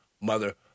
mother